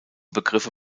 begriffe